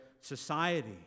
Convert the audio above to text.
society